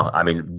i mean,